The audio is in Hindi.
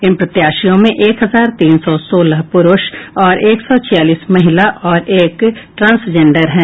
इन प्रत्याशियों में एक हजार तीन सौ सोलह पुरूष एक सौ छियालीस महिला और एक ट्रांसजेंडर हैं